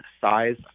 size